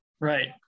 Right